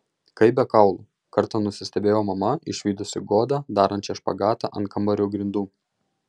kaip be kaulų kartą nusistebėjo mama išvydusi godą darančią špagatą ant kambario grindų